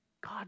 God